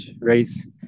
race